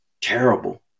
terrible